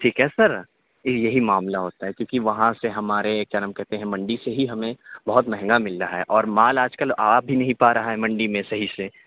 ٹھیک ہے سر یہی معاملہ ہوتا ہے کیونکہ وہاں سے ہمارے کیا نام کہتے ہیں منڈی سے ہی ہمیں بہت مہنگا مِل رہا ہے اور مال آج کل آ بھی نہیں پا رہا ہے منڈی میں صحیح سے